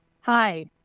Hi